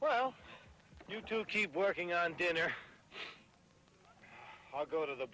well you to keep working on dinner i'll go to the